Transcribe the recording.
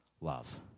love